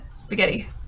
Spaghetti